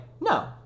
no